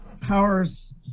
powers